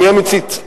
מי המצית.